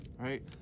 right